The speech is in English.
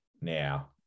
now